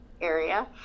area